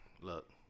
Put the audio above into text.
Look